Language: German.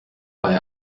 bei